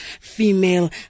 Female